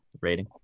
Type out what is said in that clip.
rating